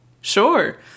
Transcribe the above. sure